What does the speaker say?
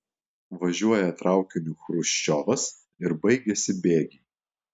važiuoja traukiniu chruščiovas ir baigiasi bėgiai